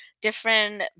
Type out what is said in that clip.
different